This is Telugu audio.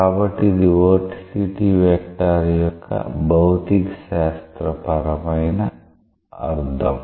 కాబట్టి అది వొర్టిసిటీ వెక్టార్ యొక్క భౌతికశాస్త్ర పరమైన అర్థం